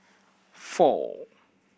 four